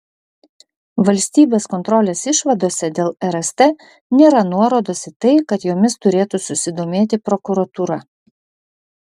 valstybės kontrolės išvadose dėl rst nėra nuorodos į tai kad jomis turėtų susidomėti prokuratūra